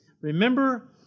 Remember